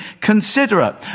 considerate